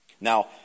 Now